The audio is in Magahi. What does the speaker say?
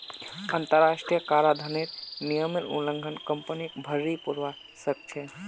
अंतरराष्ट्रीय कराधानेर नियमेर उल्लंघन कंपनीक भररी पोरवा सकछेक